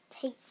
take